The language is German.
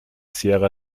sierra